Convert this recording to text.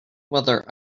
whether